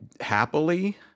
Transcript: happily